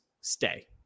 stay